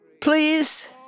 Please